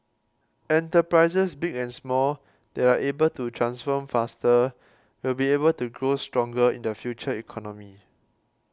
enterprises big and small that are able to transform faster will be able to grow stronger in the future economy